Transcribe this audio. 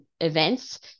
events